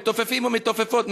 מתופפים ומתופפות,